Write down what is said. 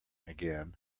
again